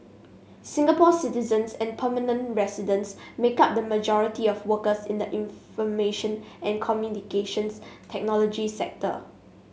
Singapore citizens and permanent residents make up the majority of workers in the information and Communications Technology sector